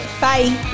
Bye